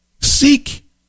Seek